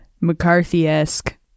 McCarthy-esque